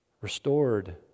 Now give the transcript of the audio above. Restored